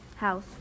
house